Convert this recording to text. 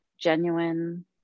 genuine